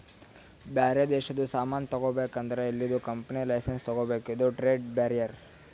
ಬ್ಯಾರೆ ದೇಶದು ಸಾಮಾನ್ ತಗೋಬೇಕ್ ಅಂದುರ್ ಇಲ್ಲಿದು ಕಂಪನಿ ಲೈಸೆನ್ಸ್ ತಗೋಬೇಕ ಇದು ಟ್ರೇಡ್ ಬ್ಯಾರಿಯರ್